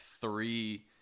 three